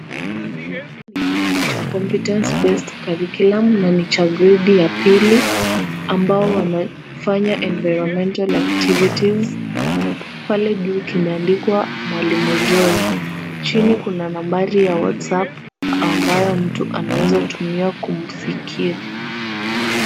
Ni kitabu cha Competence Based Curriculum na ni cha gredi ya pili ambao wanafanya Environmental Activities . Pale juu kimeandikwa mwalimu Joy. Chini kuna nambari ya whatsaap ambayo mtu anaweza tumia kumfikia.